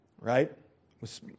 right